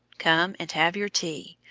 come and have your tea.